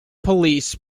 police